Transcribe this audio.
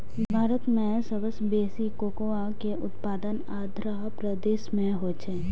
भारत मे सबसं बेसी कोकोआ के उत्पादन आंध्र प्रदेश मे होइ छै